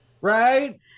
right